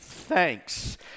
thanks